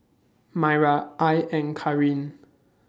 Myra I and Carin